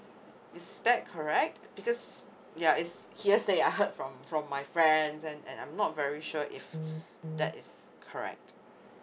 is that correct because ya is hear say I heard from from my friend and and I'm not very sure if that is correct